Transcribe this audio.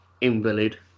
invalid